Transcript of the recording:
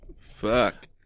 Fuck